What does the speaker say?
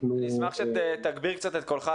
אשמח שתגביר את קולך.